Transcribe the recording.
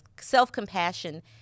self-compassion